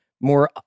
more